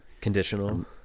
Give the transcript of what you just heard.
Conditional